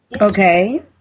Okay